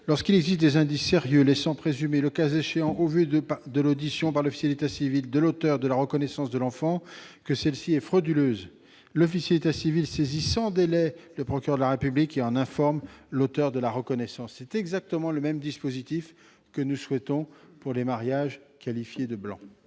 Lorsqu'il existe des indices sérieux laissant présumer, le cas échéant au vu de l'audition par l'officier de l'état civil de l'auteur de la reconnaissance de l'enfant, que celle-ci est frauduleuse, l'officier de l'état civil saisit sans délai le procureur de la République et en informe l'auteur de la reconnaissance. » C'est exactement le dispositif que nous souhaitons instaurer pour les mariages qualifiés de « blancs